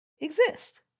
exist